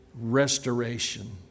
restoration